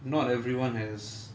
not everyone has